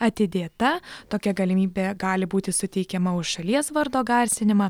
atidėta tokia galimybė gali būti suteikiama už šalies vardo garsinimą